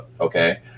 okay